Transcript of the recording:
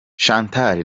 chantal